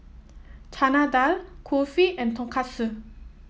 Chana Dal Kulfi and Tonkatsu